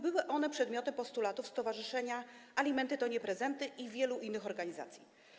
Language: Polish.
Były one przedmiotem postulatów Stowarzyszenia „Alimenty to nie prezenty” i wielu innych organizacji.